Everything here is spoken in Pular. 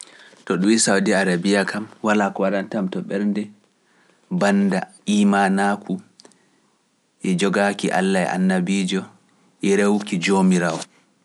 To ɗum sawdi ariabiya kam, walaa ko waɗanta am to ɓernde bannda imanaaku e jogaaki Alla e annabiijo e rewuki Joomiraawo.